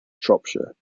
shropshire